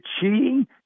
cheating